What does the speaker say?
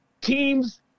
teams